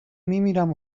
میمیرم